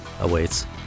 awaits